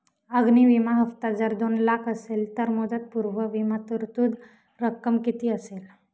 अग्नि विमा हफ्ता जर दोन लाख असेल तर मुदतपूर्व विमा तरतूद रक्कम किती असेल?